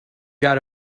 got